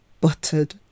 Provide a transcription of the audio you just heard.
buttered